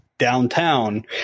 Downtown